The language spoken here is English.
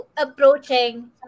approaching